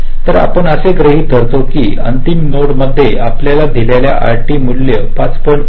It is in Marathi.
तर आपण असे गृहीत धरतो की अंतिम नोड मध्ये आपल्याला दिलेली आरएटी मूल्य 5